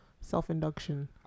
Self-induction